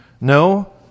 No